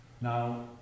Now